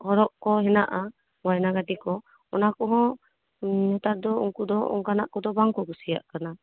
ᱦᱚᱨᱚᱜ ᱠᱚ ᱦᱮᱱᱟᱜᱼᱟ ᱜᱚᱭᱱᱟᱼᱜᱟᱴᱤ ᱠᱚ ᱚᱱᱟ ᱠᱚᱦᱚᱸ ᱱᱮᱛᱟᱨ ᱫᱚ ᱩᱱᱠᱩ ᱫᱚ ᱚᱱᱠᱟᱱᱟᱜ ᱠᱚᱫᱚ ᱵᱟᱝᱠᱚ ᱠᱩᱥᱤᱭᱟᱜ ᱠᱟᱱᱟ